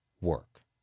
work